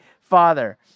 Father